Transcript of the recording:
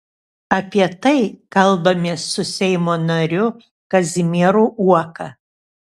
apie tai kalbamės su seimo nariu kazimieru uoka